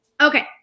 Okay